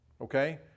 Okay